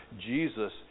Jesus